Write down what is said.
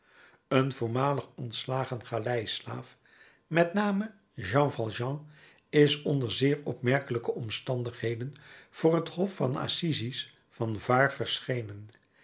een voormalig ontslagen galeislaaf met name jean valjean is onder zeer opmerkelijke omstandigheden voor het hof van assises van var verschenen